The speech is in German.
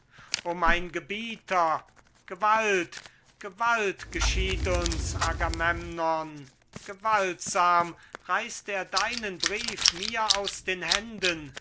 o mein gebieter gewalt gewalt geschieht uns agamemnon gewaltsam reißt er deinen brief mir aus den händen